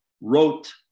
wrote